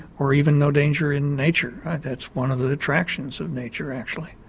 or even no danger in nature, that's one of the attractions of nature actually.